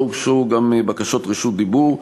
לא הוגשו גם בקשות רשות דיבור,